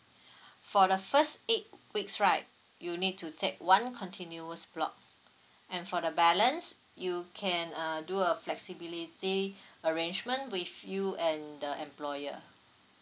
for the first eight weeks right you need to take one continuous block and for the balance you can uh do a flexibility arrangement with you and the employer